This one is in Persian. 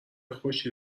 خوشی